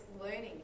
learning